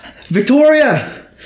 Victoria